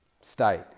state